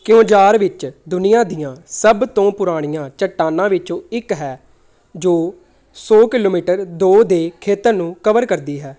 ਕੀਓਂਝਾਰ ਵਿੱਚ ਦੁਨੀਆਂ ਦੀਆਂ ਸਭ ਤੋਂ ਪੁਰਾਣੀਆਂ ਚੱਟਾਨਾਂ ਵਿੱਚੋਂ ਇੱਕ ਹੈ ਜੋ ਸੌ ਕਿਲੋਮੀਟਰ ਦੋ ਦੇ ਖੇਤਰ ਨੂੰ ਕਵਰ ਕਰਦੀ ਹੈ